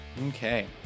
Okay